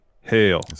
hail